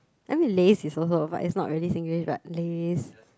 I mean laze is also but it's not really Singlish but laze